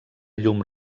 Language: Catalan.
llum